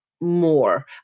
more